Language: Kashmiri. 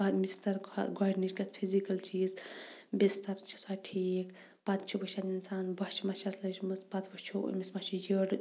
بِستَر کھۄ گۄڈٕنِچ کَتھ فِزِکَل چیٖز بِستَر چھُ سا ٹھیٖک پَتہٕ چھُ وٕچھان اِنسان بوٚچھِ مہَ چھَس لٔجمٕژ پَتہٕ وٕچھو أمِس مہَ چھُ یٔڈۍ